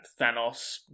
Thanos